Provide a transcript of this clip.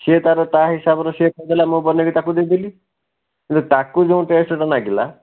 ସେ ତା'ର ତା ହିସାବରେ ସେ କହି ଦେଲା ମୁଁ ବନେଇ କି ତାକୁ ଦେଇ ଦେଲି କିନ୍ତୁ ତାକୁ ଯେଉଁ ଟେଷ୍ଟଟା ଲାଗିଲା